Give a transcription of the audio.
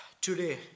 today